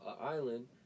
island